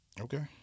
Okay